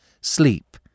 Sleep